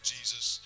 Jesus